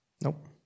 Nope